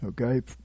okay